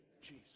Jesus